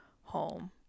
home